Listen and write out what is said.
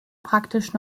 praktisch